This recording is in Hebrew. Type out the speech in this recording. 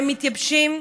הם מתייבשים.